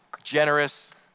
Generous